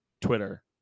Twitter